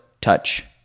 touch